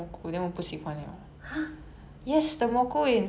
I cannot smell the 蘑菇 in the fried rice